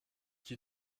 qui